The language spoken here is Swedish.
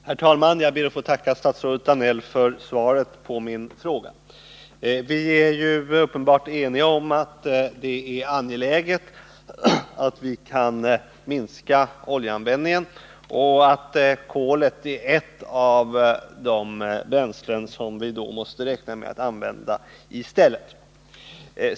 Herr talman! Jag ber att få tacka statsrådet Danell för svaret på min fråga. Vi är uppenbart eniga om att det är angeläget att vi kan minska oljeanvändningen och att kolet är ett av de bränslen vi då måste räkna med att använda i stället.